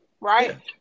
right